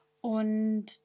Und